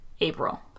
April